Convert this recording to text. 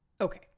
Okay